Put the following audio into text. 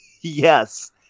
Yes